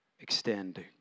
extend